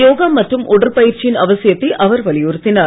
யோகா மற்றும் உடற்பயிற்சியின் அவசியத்தை அவர் வலியுறுத்தினார்